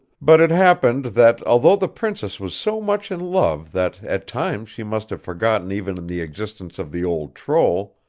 but it happened that although the princess was so much in love that at times she must have forgotten even the existence of the old troll,